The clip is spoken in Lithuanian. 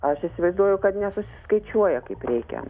aš įsivaizduoju kad nesusiskaičiuoja kaip reikia